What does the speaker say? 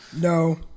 No